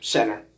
Center